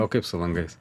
o kaip su langais